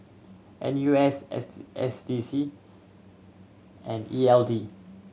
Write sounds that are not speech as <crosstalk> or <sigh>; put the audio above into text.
N U S <unintelligible> S D C and E L D